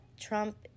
Trump